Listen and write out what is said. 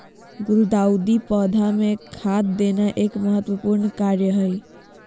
गुलदाऊदी पौधा मे खाद देना एक महत्वपूर्ण कार्य हई